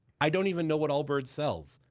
i don't even know what allbirds sells.